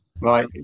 Right